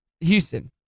Houston